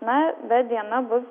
na bet diena bus